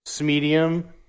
medium